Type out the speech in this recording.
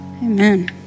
Amen